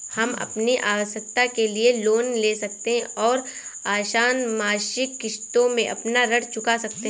हम अपनी आवश्कता के लिए लोन ले सकते है और आसन मासिक किश्तों में अपना ऋण चुका सकते है